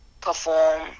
perform